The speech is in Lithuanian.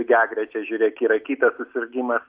lygiagrečiai žiūrėk yra kitas susirgimas